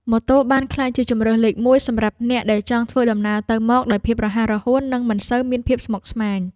ម៉ូតូបានក្លាយជាជម្រើសលេខមួយសម្រាប់អ្នកដែលចង់ធ្វើដំណើរទៅមកដោយភាពរហ័សរហួននិងមិនសូវមានភាពស្មុគស្មាញ។